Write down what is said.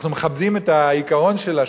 אנחנו מכבדים את העיקרון שלה,